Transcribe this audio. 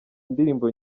indirimbo